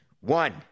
One